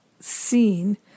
seen